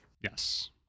yes